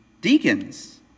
deacons